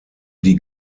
die